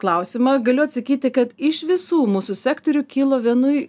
klausimą galiu atsakyti kad iš visų mūsų sektorių kilo vienui